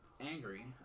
angry